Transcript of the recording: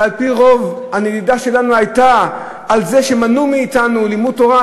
ועל-פי רוב הנדידה שלנו הייתה על זה שמנעו מאתנו לימוד תורה,